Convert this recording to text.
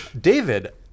David